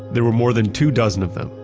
there were more than two dozen of them.